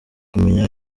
kumenya